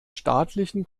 staatlichen